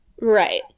right